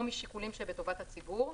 או משיקולים שבטובת הציבור,